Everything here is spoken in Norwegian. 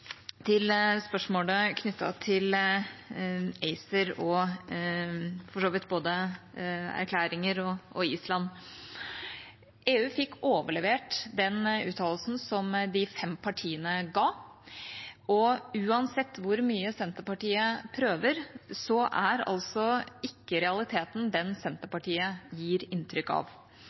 til spørsmålet knyttet til ACER og for så vidt både erklæringer og Island: EU fikk overlevert den uttalelsen som de fem partiene ga, og uansett hvor mye Senterpartiet prøver, er ikke realiteten slik Senterpartiet gir inntrykk av.